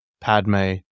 Padme